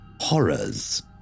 Horrors